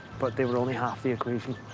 but they were only half the equation.